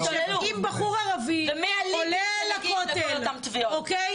אם בחור ערבי עולה לכותל אוקיי?